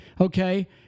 okay